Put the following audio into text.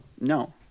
No